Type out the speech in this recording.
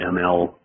ML